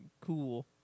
cool